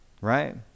Right